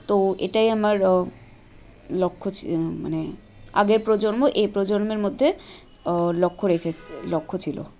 তো এটাই আমার লক্ষ্য ছি মানে আগের প্রজন্ম এই প্রজন্মের মধ্যে লক্ষ্য রেখে লক্ষ্য ছিলো